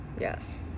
yes